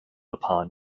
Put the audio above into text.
upon